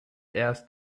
erst